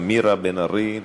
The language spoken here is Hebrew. מירה בן-ארי,